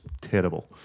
terrible